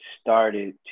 started